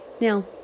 Now